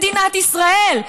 מדינת ישראל,